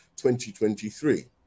2023